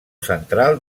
central